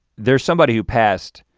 there's somebody who passed,